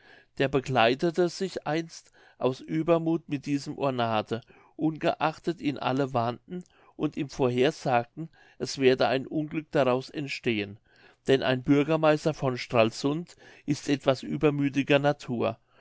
der bekleidete sich einst aus uebermuth mit diesem ornate ungeachtet ihn alle warnten und ihm vorhersagten es werde ein unglück daraus entstehen denn ein bürgermeister von stralsund ist etwas übermüthiger natur